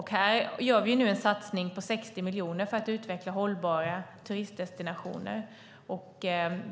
Här gör vi nu en satsning på 60 miljoner för att utveckla hållbara turistdestinationer.